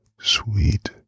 sweet